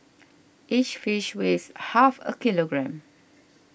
each fish weighs half a kilogram